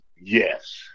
Yes